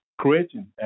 creating